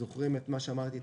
זוכרים את מה שאמרתי,